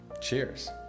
Cheers